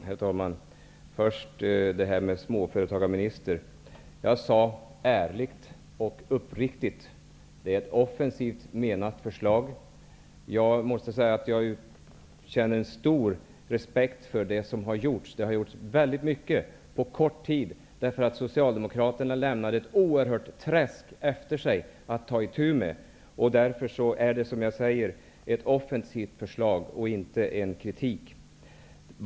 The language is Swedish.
Herr talman! Först detta med en småföretagarminister. Jag sade ärligt och uppriktigt att det var ett offensivt menat förslag. Jag känner stor respekt för det som har gjorts. Socialdemokraterna lämnade ett stort träsk efter sig att ta itu med. Därför är det ett offensivt förslag och inte någon kritik.